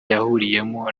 yahuriyemo